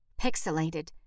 pixelated